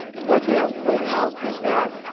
a third thing i would point out is that,